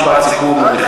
משפט סיכום.